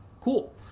Cool